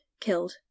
killed